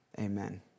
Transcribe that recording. Amen